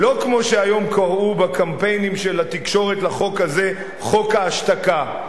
לא כמו שהיום קראו בקמפיינים של התקשורת לחוק הזה: חוק ההשתקה.